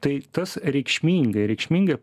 tai tas reikšmingai reikšmingai